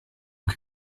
che